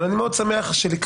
אבל אני מאוד שמח שלקראת,